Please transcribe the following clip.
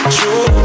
True